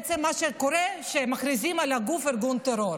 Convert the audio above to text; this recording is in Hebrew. בעצם מה שקורה כשמכריזים על הגוף כארגון טרור.